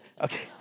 okay